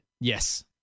Yes